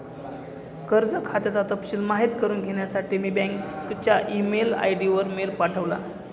कर्ज खात्याचा तपशिल माहित करुन घेण्यासाठी मी बँकच्या ई मेल आय.डी वर मेल पाठवला